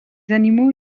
animaux